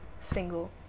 single